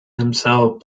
himself